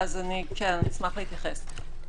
אני אשמח להתייחס.